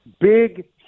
Big